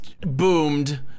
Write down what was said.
boomed